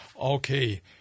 Okay